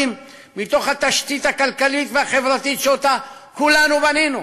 מתוך התשתית הכלכלית והחברתית שאותה כולנו בנינו.